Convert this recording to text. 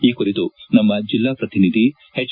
ಈ ಕುರಿತು ನಮ್ಮ ಜಿಲ್ಲಾ ಪ್ರತಿನಿಧಿ ಎಚ್